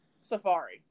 safari